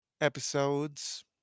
episodes